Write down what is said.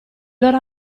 loro